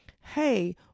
hey